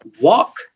walk